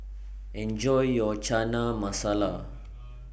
Enjoy your Chana Masala